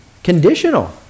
Conditional